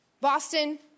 Boston